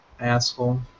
Asshole